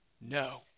no